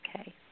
Okay